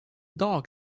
dog